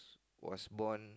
was born